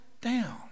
Down